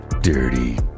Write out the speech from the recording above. dirty